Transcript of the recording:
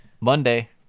Monday